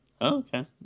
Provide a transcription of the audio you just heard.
okay